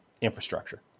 infrastructure